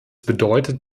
bedeutet